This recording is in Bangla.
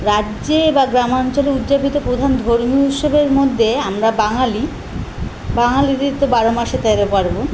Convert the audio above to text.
রাজ্যে বা গ্রামাঞ্চলে উদযাপিত প্রধান ধর্মীয় উসসবের মধ্যে আমরা বাঙালি বাঙালিদের তো বারো মাসে তেরো পার্বণ